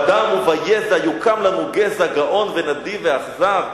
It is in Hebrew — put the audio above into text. בדם וביזע יוקם לנו גזע גאון ונדיב ואכזר".